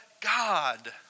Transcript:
God